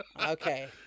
Okay